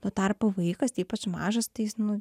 tuo tarpu vaikas ypač mažas tai jis nu